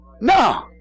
No